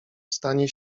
stanie